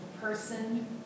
Person